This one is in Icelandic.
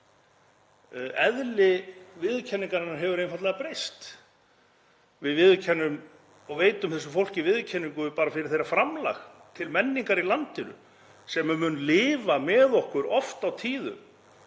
Eðli viðurkenningarinnar hefur einfaldlega breyst. Við viðurkennum og veitum þessu fólki viðurkenningu bara fyrir þeirra framlag til menningar í landinu sem mun lifa með okkur oft á tíðum